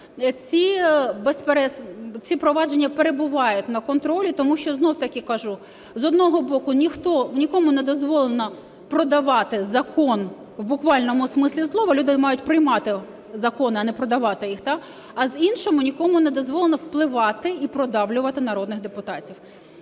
Ці провадження перебувають на контролі, тому що знов-таки кажу: з одного боку – нікому не дозволено продавати закон в буквальному смислі слова, люди мають приймати закони, а не продавати їх, а з іншого – нікому не дозволено впливати і продавлювати народних депутатів.